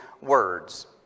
words